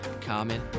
common